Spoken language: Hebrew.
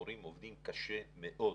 המורים עובדים קשה מאוד.